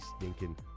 stinking